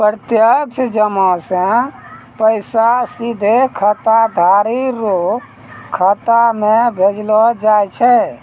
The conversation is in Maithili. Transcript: प्रत्यक्ष जमा से पैसा सीधे खाताधारी रो खाता मे भेजलो जाय छै